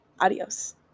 Adios